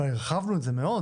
אבל הרחבנו את זה מאוד,